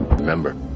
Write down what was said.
Remember